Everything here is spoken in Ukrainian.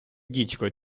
дідько